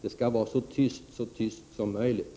Det skall vara så tyst som möjligt.